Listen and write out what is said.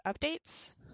updates